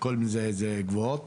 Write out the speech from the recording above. עלויות גבוהות,